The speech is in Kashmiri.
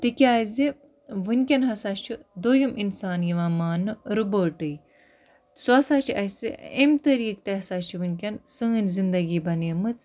تِکیٛازِ وٕنۍکٮ۪ن ہَسا چھُ دوٚیِم اِنسان یِوان ماننہٕ رُبوٹٕے سُہ ہَسا چھُ اَسہِ اَمہِ طٔریٖقہٕ تہِ ہَسا چھِ وٕنۍکٮ۪ن سٲنۍ زِندَگی بنیمٕژ